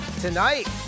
Tonight